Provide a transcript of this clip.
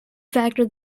factor